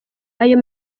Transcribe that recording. ayo